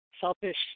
selfish